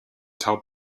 tell